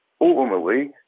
ultimately